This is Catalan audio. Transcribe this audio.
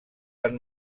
van